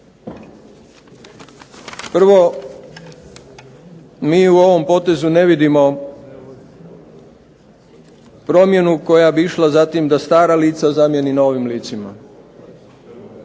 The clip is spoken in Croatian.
Prvo, mi u ovom potezu ne vidimo promjenu koja bi išla da stara lica zamjeni novim licima.